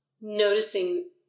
noticing